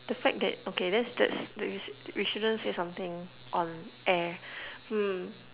the fact that okay that's that's we sh~ we shouldn't say something on air hmm